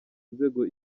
nzego